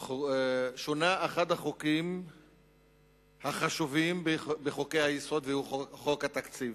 שונה אחד החשובים בחוקי-היסוד והוא חוק התקציב.